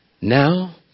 now